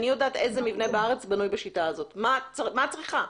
מה את צריכה?